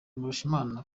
mbarushimana